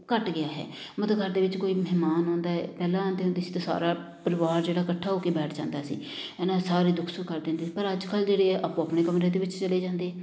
ਘੱਟ ਗਿਆ ਹੈ ਮਤਲਬ ਘਰ ਦੇ ਵਿੱਚ ਕੋਈ ਮਹਿਮਾਨ ਆਉਂਦਾ ਪਹਿਲਾਂ ਤਾਂ ਹੁੰਦਾ ਸੀ ਅਤੇ ਸਾਰਾ ਪਰਿਵਾਰ ਜਿਹੜਾ ਇਕੱਠਾ ਹੋ ਕੇ ਬੈਠ ਜਾਂਦਾ ਸੀ ਹੈ ਨਾ ਸਾਰੇ ਦੁੱਖ ਸੁੱਖ ਕਰਦੇ ਹੁੰਦੇ ਪਰ ਅੱਜ ਕੱਲ੍ਹ ਜਿਹੜੇ ਆ ਆਪੋ ਆਪਣੇ ਕਮਰੇ ਦੇ ਵਿੱਚ ਚਲੇ ਜਾਂਦੇ